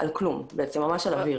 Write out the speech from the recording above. כלום בעצם, ממש על אוויר.